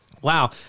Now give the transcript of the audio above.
Wow